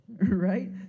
right